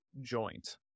joint